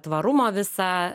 tvarumo visą